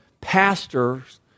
pastors